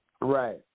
Right